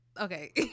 Okay